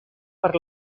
per